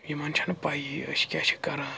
یِمَن چھَنہٕ پایی أسۍ کیٛاہ چھِ کَران